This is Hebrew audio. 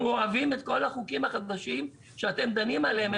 אנחנו אוהבים את כל החוקים החדשים שאתם דנים עליהם,